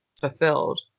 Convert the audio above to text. fulfilled